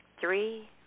three